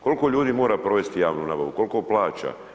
Koliko ljudi mora provesti javnu nabavu, koliko plaća?